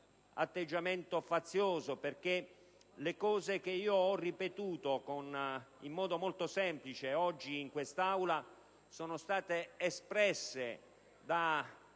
atteggiamento fazioso, perché quanto ho ripetuto in modo molto semplice oggi in quest'Aula è stato già espresso da